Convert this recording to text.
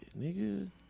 nigga